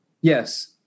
Yes